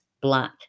black